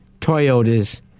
Toyotas